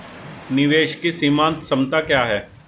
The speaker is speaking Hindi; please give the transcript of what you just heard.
निवेश की सीमांत क्षमता क्या है?